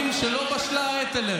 למה לא בשלה העת.